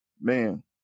man